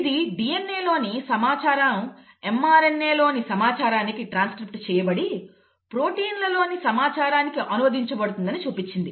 ఇది DNA లోని సమాచారం mRNA లోని సమాచారానికి ట్రాన్స్క్రిప్ట్ చేయబడి ప్రోటీన్లలోని సమాచారానికి అనువదించబడుతుందని చూపించింది